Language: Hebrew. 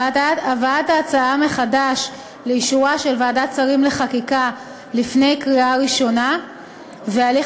הבאת ההצעה מחדש לאישורה של ועדת שרים לחקיקה לפני קריאה ראשונה והליך